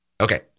Okay